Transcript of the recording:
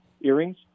earrings